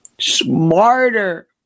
smarter